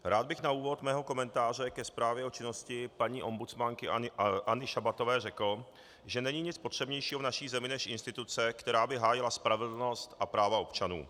Rád bych na úvod svého komentáře ke zprávě o činnosti paní ombudsmanky Anny Šabatové řekl, že není nic potřebnějšího v naší zemi než instituce, která by hájila spravedlnost a práva občanů.